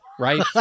right